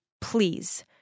Please